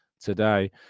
today